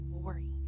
glory